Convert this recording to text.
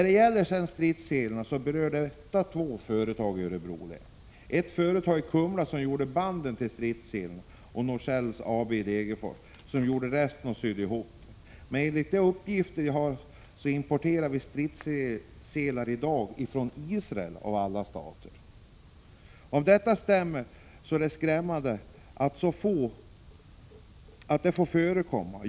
Frågan om stridsselarna berör två företag i Örebro län, nämligen ett företag i Kumla, som gjorde banden till stridsselarna, och Norsel AB i Degerfors, som gjorde resten och sydde ihop selarna. Enligt uppgifter jag fått importerar vi i dag stridsselar från Israel av alla stater. Om detta stämmer är det skrämmande att det får förekomma.